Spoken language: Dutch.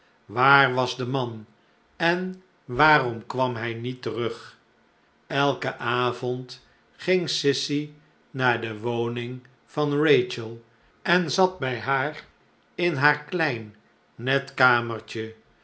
waar was de man en waarom kwam hij niet terug elken avond ging sissy naar de woning van rachel en zat bij haar in haar klein net kamertje